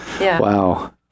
Wow